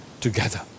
together